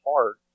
hard